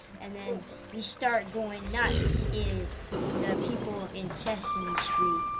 and then we start going nuts if the people in sesame street,